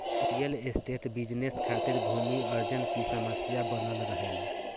real estate business खातिर भूमि अर्जन की समस्या बनल रहेला